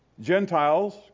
gentiles